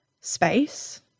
space